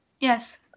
yes